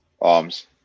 arms